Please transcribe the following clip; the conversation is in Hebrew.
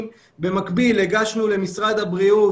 במקביל הגשנו למשרד הבריאות,